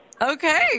Okay